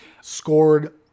scored